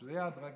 שזה יהיה הדרגתי,